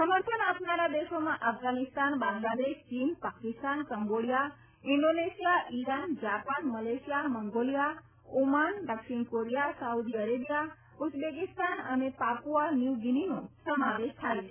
સમર્થન આપનારા દેશોમાં અફઘાનિસ્તાન બાંગ્લાદેશ ચીન Pakistan Cambodia Indonesia Iran Japan Malaysia Mongolia Oman દક્ષિણ કોરિયા સાઉદી અરેબિયા ઉજબેકીસ્તાન અને પાપુઆ ન્યૂ ગીનીનો સમાવેશ થાય છે